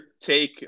take